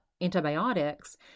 antibiotics